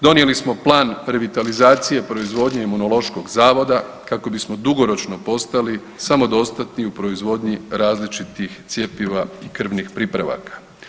Donijeli smo Plan revitalizacije proizvodnje Imunološkog zavoda kako bismo dugoročno postali samodostatni u proizvodnji različitih cjepiva i krvnih pripravaka.